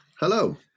Hello